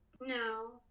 No